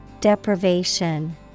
Deprivation